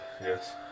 yes